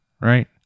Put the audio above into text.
right